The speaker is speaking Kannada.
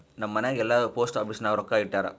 ನಮ್ ಮನ್ಯಾಗ್ ಎಲ್ಲಾರೂ ಪೋಸ್ಟ್ ಆಫೀಸ್ ನಾಗ್ ರೊಕ್ಕಾ ಇಟ್ಟಾರ್